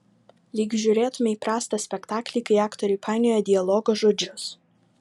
lyg žiūrėtumei prastą spektaklį kai aktoriai painioja dialogo žodžius